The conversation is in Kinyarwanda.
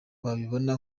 babibona